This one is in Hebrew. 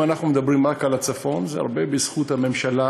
אם אנחנו מדברים רק על הצפון זה הרבה בזכות הממשלה.